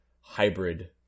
hybrid